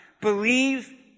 Believe